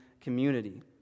community